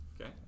Okay